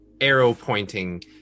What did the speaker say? arrow-pointing